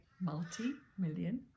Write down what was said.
multi-million